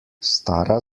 stara